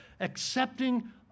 accepting